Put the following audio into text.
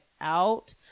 out